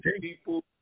people